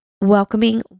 welcoming